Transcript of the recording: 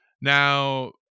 Now